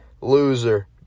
loser